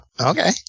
Okay